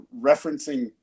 referencing